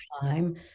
time